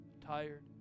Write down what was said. tired